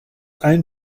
allen